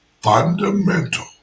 fundamental